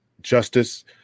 justice